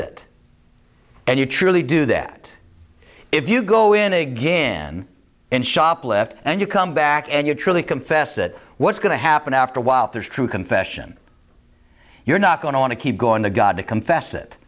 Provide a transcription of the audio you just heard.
it and you truly do that if you go in again and shoplift and you come back and you truly confess it what's going to happen after a while there's true confession you're not going to want to keep going to god to confess it